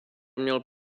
měl